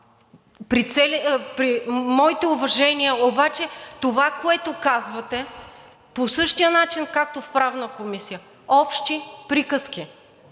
моите уважения, обаче това, което казвате, по същия начин, както в Правната комисия – общи приказки.